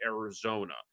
Arizona